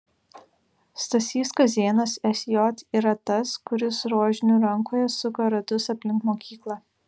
stasys kazėnas sj yra tas kuris su rožiniu rankoje suka ratus aplink mokyklą